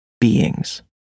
beings